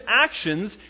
actions